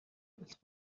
болох